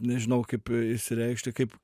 nežinau kaip išsireikšti kaip